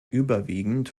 überwiegend